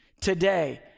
today